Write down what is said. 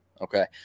okay